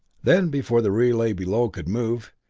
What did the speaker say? then, before the relay below could move,